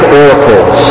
oracles